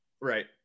Right